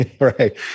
right